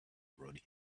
rodeo